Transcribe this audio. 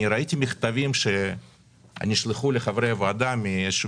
אני ראיתי מכתבים שנשלחו לחברי הוועדה מאיזשהו